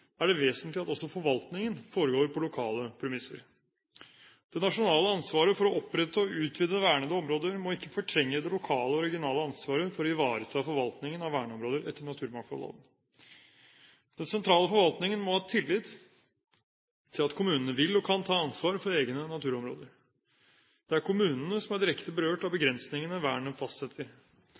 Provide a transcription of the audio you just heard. er det vesentlig at også forvaltningen foregår på lokale premisser. Det nasjonale ansvaret for å opprette og utvide vernede områder må ikke fortrenge det lokale og regionale ansvaret for å ivareta forvaltningen av verneområder etter naturmangfoldloven. Den sentrale forvaltningen må ha tillit til at kommunene vil og kan ta ansvar for egne naturområder. Det er kommunene som er direkte berørt av begrensningene vernet fastsetter.